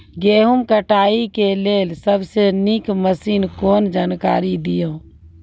गेहूँ कटाई के लेल सबसे नीक मसीनऽक जानकारी दियो?